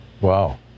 Wow